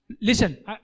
Listen